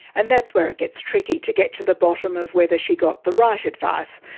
and that's where it gets tricky, to get to the bottom of whether she got the right advice.